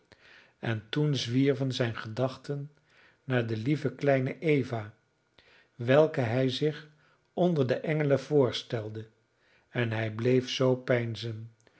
en toen zwierven zijne gedachten naar de lieve kleine eva welke hij zich onder de engelen voorstelde en hij bleef zoo